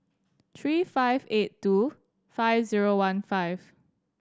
three five eight two five zero one five